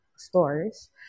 stores